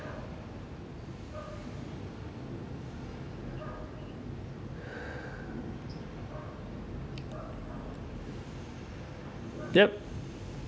yup